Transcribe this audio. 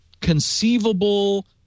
conceivable